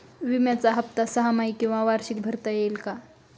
विम्याचा हफ्ता सहामाही किंवा वार्षिक भरता येईल का?